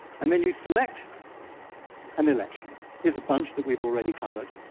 and then you select an election. here's a bunch that we've already covered.